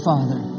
Father